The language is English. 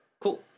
Cool